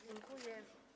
Dziękuję.